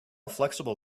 flexible